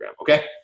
okay